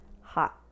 hot